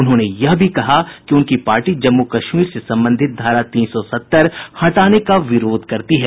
उन्होंने यह भी कहा उनकी पार्टी जम्मू कश्मीर से संबंधित धारा तीन सौ सत्तर हटाने का विरोध करेगी